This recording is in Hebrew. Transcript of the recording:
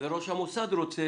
וראש המוסד רוצה,